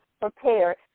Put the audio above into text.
prepared